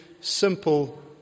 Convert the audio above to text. simple